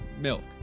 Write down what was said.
Milk